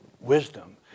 wisdom